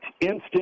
Instant